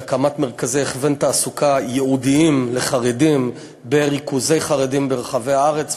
של הקמת מרכזי הכוון תעסוקה ייעודיים לחרדים בריכוזי חרדים ברחבי הארץ,